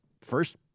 First